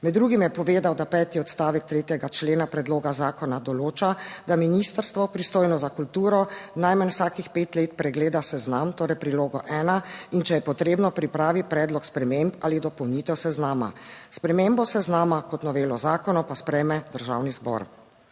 Med drugim je povedal, da peti odstavek 3. člena predloga zakona določa, da ministrstvo pristojno za kulturo najmanj vsakih pet let pregleda seznam, torej prilogo ena in če je potrebno pripravi predlog sprememb ali dopolnitev seznama, spremembo seznama kot novelo zakona pa sprejme Državni zbor.